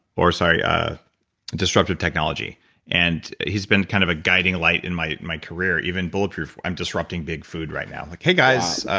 or sorry disruptive technology and he's been kind of a guiding light in my my career, even bulletproof i'm disrupting big food right now. like, hey guys,